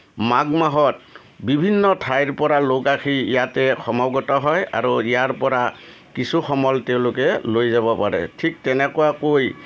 মাঘ মাহত বিভিন্ন ঠাইৰ পৰা লোক আহি ইয়াতে সমাগত হয় আৰু ইয়াৰপৰা কিছু সমল তেওঁলোকে লৈ যাব পাৰে ঠিক তেনেকুৱাকৈ